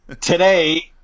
today